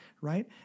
right